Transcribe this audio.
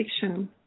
fiction